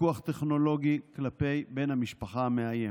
פיקוח טכנולוגי על בן המשפחה המאיים.